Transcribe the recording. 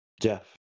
Jeff